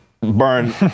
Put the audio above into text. burn